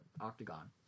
octagon